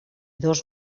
dos